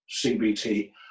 CBT